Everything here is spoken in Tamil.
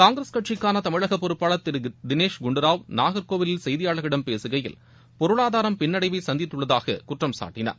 காங்கிரஸ் கட்சிக்கான தமிழக பொறுப்பாளர் திரு தினேஷ் குன்டுராவ் நாகர்கோவிலில் செய்தியாளர்களிடம் பேசுகையில் பொருளாதாரம் பின்னடைவை சந்தித்துள்ளதாக குற்றம் சாட்டினார்